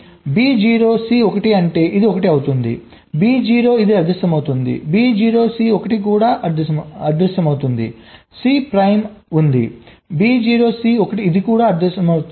B 0 C 1 అంటే ఇది 1 అవుతుంది B 0 ఇది అదృశ్యమవుతుంది B 0 C 1 ఇది కూడా అదృశ్యమవుతుంది C ప్రైమ్ ఉంది B 0 C 1 ఇది కూడా అదృశ్యమవుతుంది